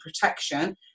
protection